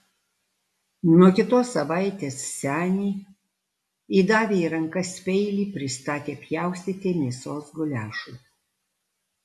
nuo kitos savaitės senį įdavę į rankas peilį pristatė pjaustyti mėsos guliašui